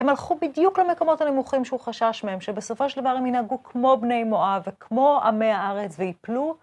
הם הלכו בדיוק למקומות הנמוכים שהוא חשש מהם, שבסופו של דבר הם ינהגו כמו בני מואב וכמו עמי הארץ, ויפלו.